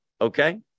Okay